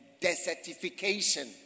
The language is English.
desertification